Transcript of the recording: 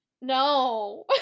No